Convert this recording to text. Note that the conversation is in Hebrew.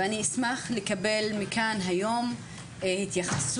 ואני אשמח לקבל כאן היום התייחסות.